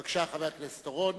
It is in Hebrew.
בבקשה, חבר הכנסת אורון.